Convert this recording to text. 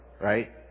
right